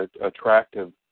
attractive